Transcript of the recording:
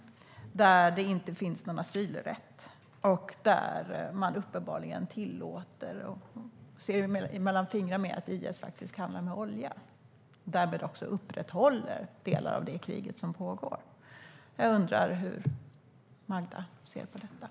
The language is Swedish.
Där finns ingen asylrätt, och Turkiet tillåter och ser uppenbarligen mellan fingrarna med att IS handlar med olja. Därmed upprätthåller man också delar av det krig som pågår. Jag undrar hur Magda ser på detta.